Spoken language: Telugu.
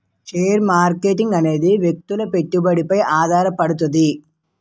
షేర్ మార్కెటింగ్ అనేది వ్యక్తుల పెట్టుబడిపై ఆధారపడుతది